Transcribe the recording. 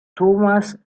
thomas